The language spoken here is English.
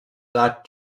that